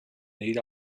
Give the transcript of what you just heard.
need